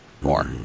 more